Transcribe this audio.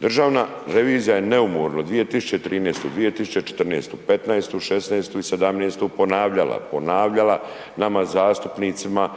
Državna revizija je neumorno 2013., 2014., 2015., 2016. i 2017. ponavljala, ponavljala nama zastupnicima,